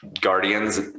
guardians